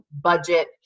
budget